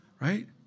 right